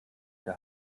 der